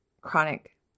chronic